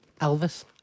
Elvis